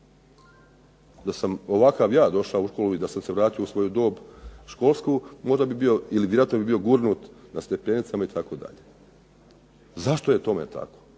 Da sam ovakav ja došao u školu i da sam se vratio u svoju školsku dob, možda bi bio ili bi vjerojatno bio gurnut na stepenicama itd. Zašto je tome tako?